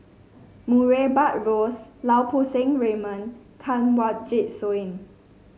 Murray Buttrose Lau Poo Seng Raymond Kanwaljit Soin